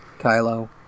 Kylo